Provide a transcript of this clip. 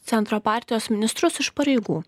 centro partijos ministrus iš pareigų